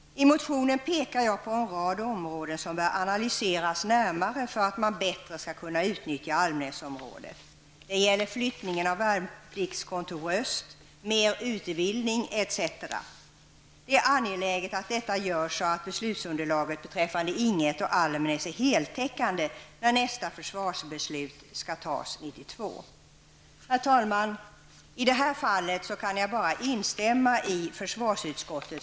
I motionen pekar jag på en rad områden som bör analyseras närmare för att man bättre skall utnyttja Värnpliktskontor Öst, mer utbildning etc. Det är angeläget att detta görs så att beslutsunderlaget beträffande Ing 1 och Almnäs är heltäckande när nästa försvarsbeslut skall fattas 1992. Herr talman! I det här fallet kan jag bara instämma i försvarsutskottets kloka resonemang.